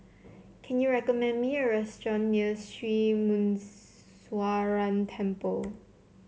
can you recommend me a restaurant near Sri Muneeswaran Temple